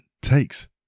takes